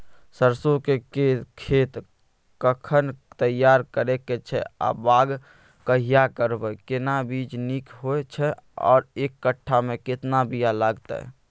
सरसो के खेत कखन तैयार करै के छै आ बाग कहिया करबै, केना बीज नीक होय छै आर एक कट्ठा मे केतना बीया लागतै?